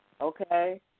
okay